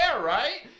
right